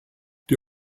die